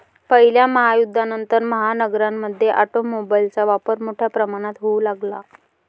पहिल्या महायुद्धानंतर, महानगरांमध्ये ऑटोमोबाइलचा वापर मोठ्या प्रमाणावर होऊ लागला